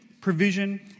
provision